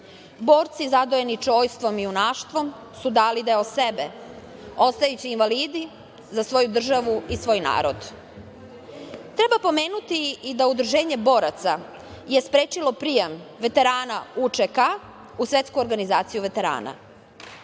Borci zadojeni čojstvom i junaštvom su dali deo sebe, ostajući invalidi za svoju državu i svoj narod. Treba pomenuti da je Udruženje boraca sprečilo prijem veterana UČK u Svetsku organizaciju veterana. Ovo